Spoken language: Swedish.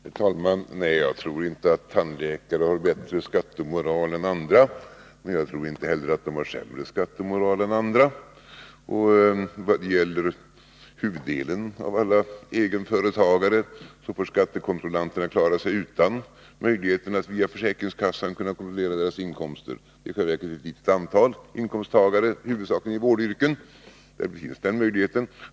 Herr talman! Nej, jag tror inte att tandläkare har bättre skattemoral än andra, men jag tror inte heller att de har sämre skattemoral än andra. Vad gäller huvuddelen av alla egenföretagare får skattekontrollanterna klara sig utan möjligheten att via försäkringskassan kontrollera deras inkomster. Det är i själva verket för ett litet antal inkomsttagare, huvudsakligen i vårdyrken, som den möjligheten finns.